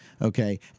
Okay